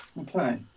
okay